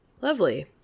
Lovely